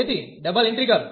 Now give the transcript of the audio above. તેથી double integral